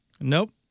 Nope